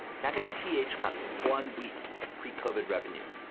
kathy t h. cock one week of pre covered revenue,